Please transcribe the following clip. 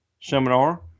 seminar